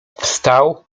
wstał